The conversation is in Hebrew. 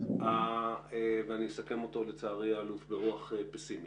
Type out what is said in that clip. ואני אסכם אותי לצערי ברוח פסימית.